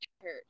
Hurt